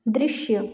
दृश्य